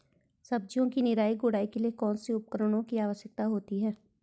सब्जियों की निराई गुड़ाई के लिए कौन कौन से उपकरणों की आवश्यकता होती है?